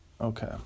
okay